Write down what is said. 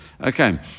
Okay